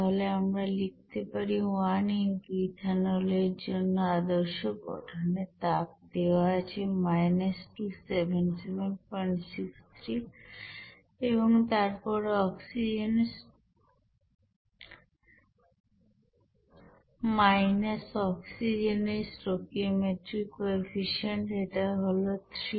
তাহলে আমরা লিখতে পারি 1 x ইথানল এর জন্য আদর্শ গঠনের তাপ দেওয়া আছে 27763 এবং তারপর অক্সিজেন এর স্টকিওমেট্রিক কোইফিশিয়েন্ট এটা হল 3